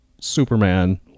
Superman